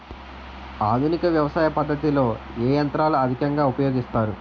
ఆధునిక వ్యవసయ పద్ధతిలో ఏ ఏ యంత్రాలు అధికంగా ఉపయోగిస్తారు?